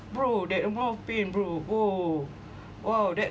bro that amount of pain bro !whoa! !whoa! that